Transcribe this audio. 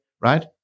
right